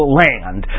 land